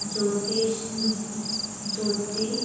ज्योतिष ज्योति